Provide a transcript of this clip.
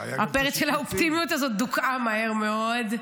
זה היה גם --- הפרץ של האופטימיות הזאת דוכא מהר מאוד,